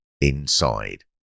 inside